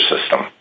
system